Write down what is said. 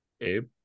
Abe